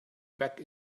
back